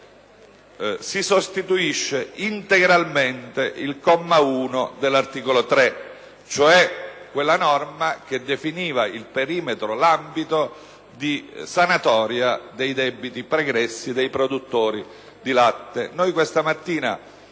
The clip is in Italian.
si sostituisce integralmente il comma 1 dell'articolo 3, cioè quella norma che definiva l'ambito di sanatoria dei debiti pregressi dei produttori di latte.